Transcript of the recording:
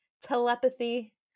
telepathy